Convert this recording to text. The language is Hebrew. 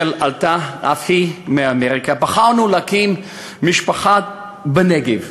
שעלתה אף היא מאמריקה, בחרנו להקים משפחה בנגב,